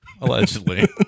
Allegedly